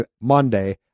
Monday